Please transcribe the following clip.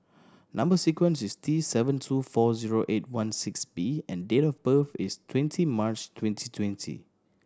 number sequence is T seven two four zero eight one six B and date of birth is twenty March twenty twenty